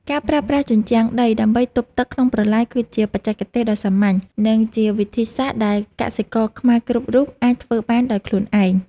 ការប្រើប្រាស់ជញ្ជាំងដីដើម្បីទប់ទឹកក្នុងប្រឡាយគឺជាបច្ចេកទេសដ៏សាមញ្ញ និងជាវិធីសាស្ត្រដែលកសិករខ្មែរគ្រប់រូបអាចធ្វើបានដោយខ្លួនឯង។